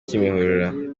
kimihurura